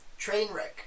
Trainwreck